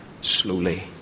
slowly